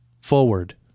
Forward